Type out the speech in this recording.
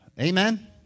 Amen